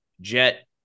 jet